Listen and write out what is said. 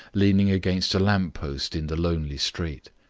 leaning against a lamp-post in the lonely street.